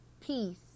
peace